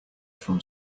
from